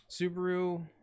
Subaru